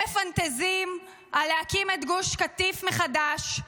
הם מפנטזים להקים את גוש קטיף מחדש,